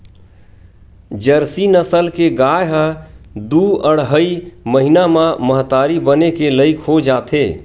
Jersey नसल के गाय ह दू अड़हई महिना म महतारी बने के लइक हो जाथे